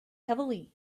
heavily